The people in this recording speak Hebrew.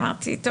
אמרתי: טוב,